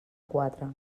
quatre